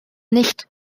nicht